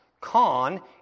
Con